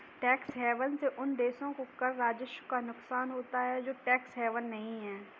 tax haven से उन देशों को कर राजस्व का नुकसान होता है जो टैक्स हेवन नहीं हैं